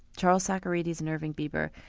charles socarides and irving bieber,